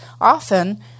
Often